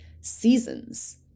seasons